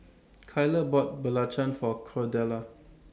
Kyler bought Belacan For Cordella